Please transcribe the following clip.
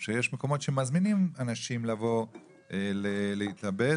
שיש מקומות שמזמינים אנשים לבוא להתאבד